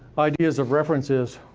ideas of reference is.